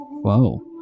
Whoa